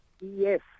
Yes